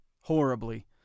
horribly